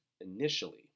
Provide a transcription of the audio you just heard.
initially